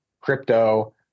crypto